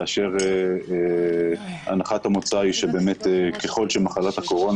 כאשר הנחת המוצא היא שבאמת ככל שמחלת הקורונה